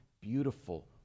beautiful